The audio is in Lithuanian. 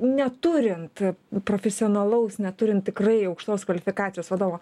neturint profesionalaus neturint tikrai aukštos kvalifikacijos vadovo